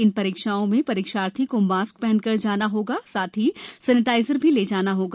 इन परीक्षाओं में परीक्षार्थी को मास्क पहन कर जाना होगा और सेनिटाइजर भी ले जाना होगा